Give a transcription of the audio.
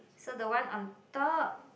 so the one on top